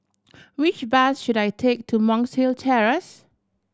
which bus should I take to Monk's Hill Terrace